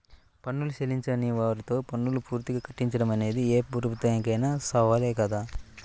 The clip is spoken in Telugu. పన్నులు చెల్లించని వారితో పన్నులు పూర్తిగా కట్టించడం అనేది ఏ ప్రభుత్వానికైనా సవాలే కదా